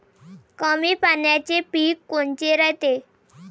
कमी पाण्याचे पीक कोनचे रायते?